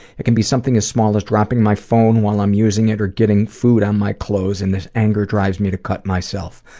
it can be something as small as dropping my phone while i'm using it or getting food on my clothes, and this anger drives me to cut myself.